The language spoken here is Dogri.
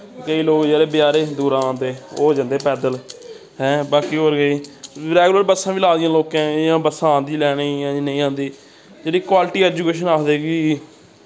केई लोक जेह्ड़े बचैरे दूरा औंदे ओह् जन्दे पैदल हैं बाकी होर केई रैगुलर बस्सां बी लाई दियां लोकें इ'यां बस्सां औंदी लैने लेई इ'यां नेईं औंदी जेह्ड़ी क्वालटी एजुकेशन आखदे कि